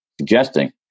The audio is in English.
suggesting